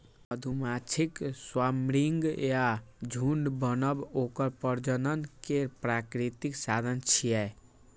मधुमाछीक स्वार्मिंग या झुंड बनब ओकर प्रजनन केर प्राकृतिक साधन छियै